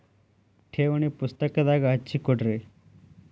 ಠೇವಣಿ ಪುಸ್ತಕದಾಗ ಹಚ್ಚಿ ಕೊಡ್ರಿ